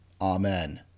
Amen